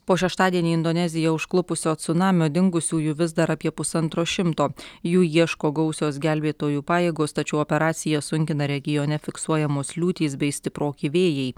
po šeštadienį indoneziją užklupusio cunamio dingusiųjų vis dar apie pusantro šimto jų ieško gausios gelbėtojų pajėgos tačiau operaciją sunkina regione fiksuojamos liūtys bei stiproki vėjai